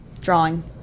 drawing